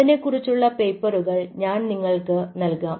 അതിനെക്കുറിച്ചുള്ള പേപ്പറുകൾ ഞാൻ നിങ്ങൾക്ക് നൽകാം